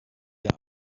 der